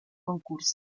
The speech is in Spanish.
concurso